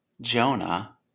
Jonah